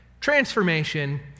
transformation